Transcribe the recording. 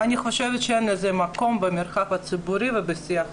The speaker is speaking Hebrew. אני חושבת שאין לזה מקום במרחב הציבורי ובשיח פוליטי.